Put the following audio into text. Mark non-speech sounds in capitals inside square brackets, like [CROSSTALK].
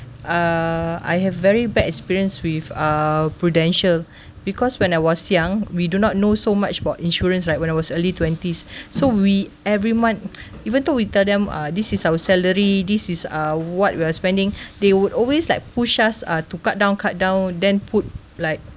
uh I have very bad experience with uh Prudential [BREATH] because when I was young we do not know so much about insurance like when I was early twenties [BREATH] so we every month [BREATH] even though we tell them uh this is our salary this is uh what we are spending [BREATH] they would always like push us uh to cut down cut down then put like